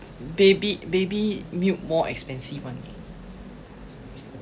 baby baby milk more expensive [one] eh